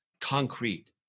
concrete